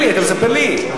אלי, אתה מספר לי?